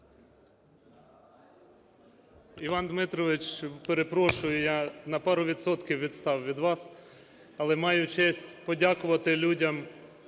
Іван Дмитрович, перепрошую, я на пару відсотків відстав від вас, але маю честь подякувати людям,